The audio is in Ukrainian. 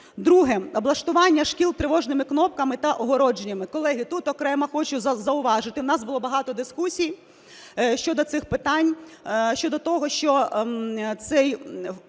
Друге. Облаштування шкіл тривожними кнопками та огородженнями. Колеги, тут окремо хочу зауважити, у нас було багато дискусій щодо цих питань щодо того, що запровадження